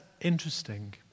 interesting